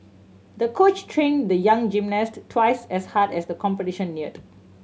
the coach trained the young gymnast twice as hard as the competition neared